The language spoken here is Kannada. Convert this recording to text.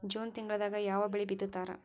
ಜೂನ್ ತಿಂಗಳದಾಗ ಯಾವ ಬೆಳಿ ಬಿತ್ತತಾರ?